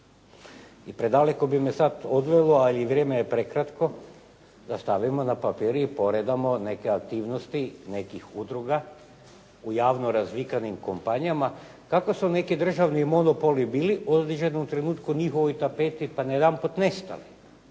I predaleko bi me sada odvelo, a i vrijeme je prekratko da stavimo na papir i poredamo neke aktivnosti, nekih udruga u javno razvikanim kompanijama, kako su neki državni monopoli bili u određenom trenutku na njihovoj tapeti pa najedanput nestali,